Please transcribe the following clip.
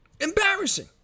embarrassing